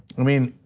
i mean,